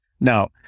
Now